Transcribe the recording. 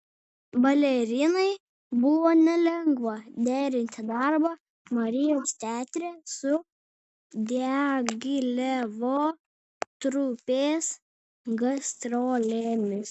balerinai buvo nelengva derinti darbą marijos teatre su diagilevo trupės gastrolėmis